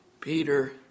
Peter